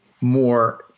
more